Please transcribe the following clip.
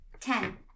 ten